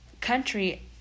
country